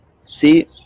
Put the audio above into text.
see